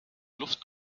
luft